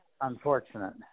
unfortunate